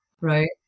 right